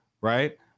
Right